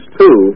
two